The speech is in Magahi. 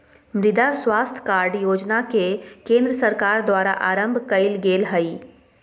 मृदा स्वास्थ कार्ड योजना के केंद्र सरकार द्वारा आरंभ कइल गेल हइ